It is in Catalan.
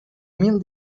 mil